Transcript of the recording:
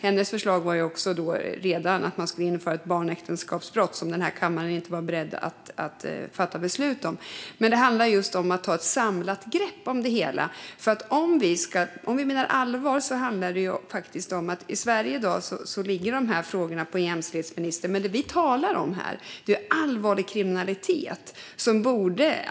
Hennes förslag var redan då att man skulle införa ett barnäktenskapsbrott, som den här kammaren inte var beredd att fatta beslut om. Det handlar just om att ta ett samlat grepp om det hela. I Sverige ligger de här frågorna i dag på jämställdhetsministern. Men det vi talar om här är ju allvarlig kriminalitet.